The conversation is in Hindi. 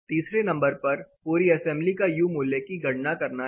तीसरे नंबर पर पूरी असेंबली की यू मूल्य की गणना करना है